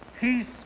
peace